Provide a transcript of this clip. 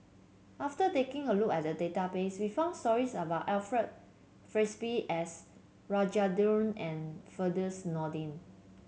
after taking a look at the database we found stories about Alfred Frisby S Rajendran and Firdaus Nordin